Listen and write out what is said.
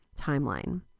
timeline